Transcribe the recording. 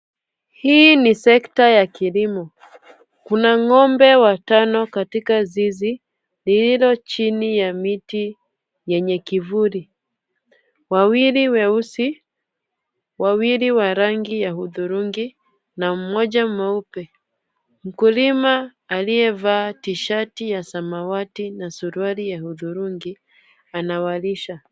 Hii ni sekta ya kilimo. Kuna ng'ombe watano katika zizi, lililo chini ya miti yenye kivuli. Wawili weusi wawili, wawili ya rangi ya hudhurungi, na mmoja mweupe. Mkulima aliyevaa t-shati ya samawati na suruali ya hudhurungi, anawalisha.